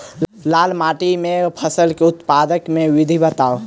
लाल माटि मे फसल केँ उत्पादन केँ विधि बताऊ?